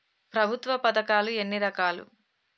ప్రభుత్వ పథకాలు ఎన్ని రకాలు?